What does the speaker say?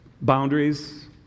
Boundaries